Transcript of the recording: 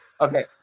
okay